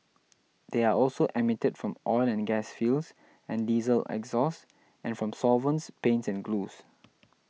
they are also emitted from oil and gas fields and diesel exhaust and from solvents paints and glues